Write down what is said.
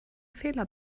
fehler